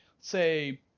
say